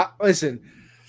Listen